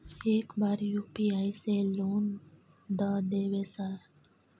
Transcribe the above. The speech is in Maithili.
एक बार यु.पी.आई से लोन द देवे सर?